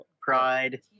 pride